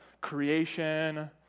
creation